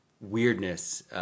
weirdness